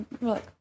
Look